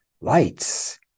Lights